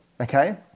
okay